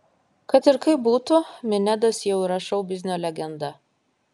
kad ir kaip būtų minedas jau yra šou biznio legenda